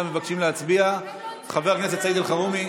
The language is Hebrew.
ומבקשים להצביע: חבר הכנסת סעיד אלחרומי,